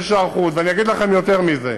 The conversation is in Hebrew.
יש היערכות, ואני אגיד לכם יותר מזה: